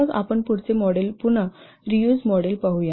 मग आपण पुढचे मॉडेल पुन्हा रियूज मॉडेल पाहू